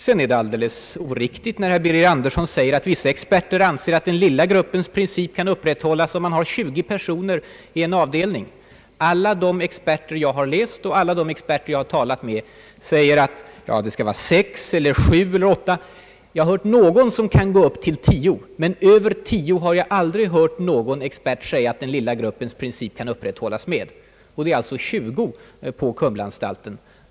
Det är nog oriktigt när herr Birger Andersson säger att vissa experter anser att den lilla gruppens princip kan upprätthållas om man har 20 personer i en avdelning. Alla de experter jag har läst och alla de experter jag har talat med säger, att det skall vara sex eller sju eller åtta. Jag har hört någon som menar att man kan gå upp till tio. Men jag har aldrig hört någon expert säga att den lilla gruppens princip kan upprätthållas om det är 20 som på Kumlaanstalten.